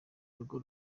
urugo